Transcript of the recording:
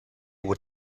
were